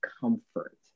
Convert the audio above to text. comfort